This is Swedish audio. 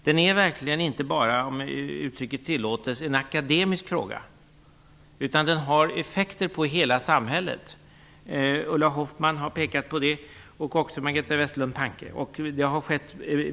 Det är verkligen inte bara en akademisk fråga, om uttrycket tillåts. Den har effekter på hela samhället. Ulla Hoffmann och Majléne Westerlund Panke har påpekat detta.